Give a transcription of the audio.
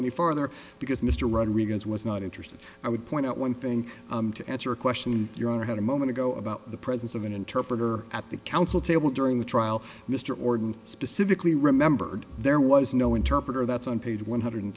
any farther because mr rodriguez was not interested i would point out one thing to answer a question your honor had a moment ago about the presence of an interpreter at the counsel table during the trial mr orden specifically remembered there was no interpreter that's on page one hundred